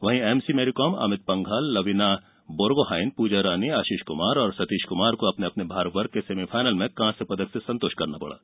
हालांकि एमसी मैरिकॉम अमित पंघल लविना बोर्गोहाइन पूजा रानी आशीष कुमार और ॅसतीश कुमार को अपने अपने भार वर्ग के सेमीफाइनल में कांस्य पदक से संतोष करना पडा